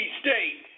state